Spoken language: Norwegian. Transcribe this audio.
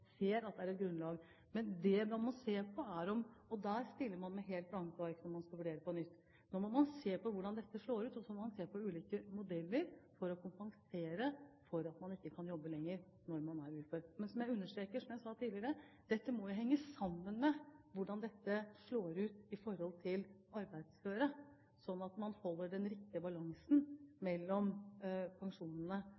er et grunnlag. Men man stiller med blanke ark når man skal vurdere på nytt. Nå må man se på hvordan dette slår ut, og så må man se på ulike modeller for å kompensere for at man ikke kan jobbe lenger når man er ufør. Men jeg understreker, som jeg sa tidligere, dette må jo henge sammen med hvordan dette slår ut for arbeidsføre, sånn at man holder den riktige balansen